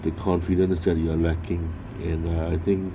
the confidence that you are lacking and err I think